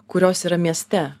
kurios yra mieste